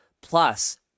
plus